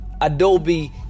Adobe